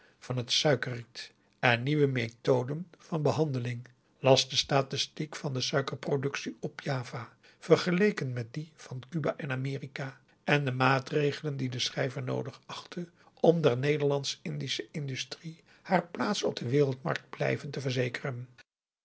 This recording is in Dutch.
van het suikerriet en nieuwe methoden van behandeling las de statistiek van de suikerproductie op java vergeleken met die van cuba en amerika augusta de wit orpheus in de dessa en de maatregelen die de schrijver noodig achtte om der nederlandsch-indische industrie haar plaats op de wereld markt blijvend te verzekeren